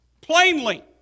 plainly